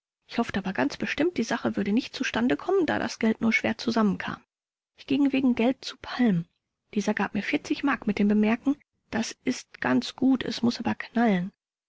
ich hoffte aber ganz bestimmt die sache würde nicht zustande kommen da das geld nur schwer zusammen kam ich ging wegen geld zu palm dieser gab mir mark mit dem bemerken das ist ganz gut es muß aber knallen